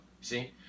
see